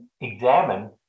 examine